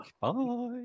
Bye